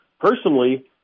personally